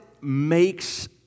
makes